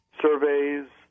surveys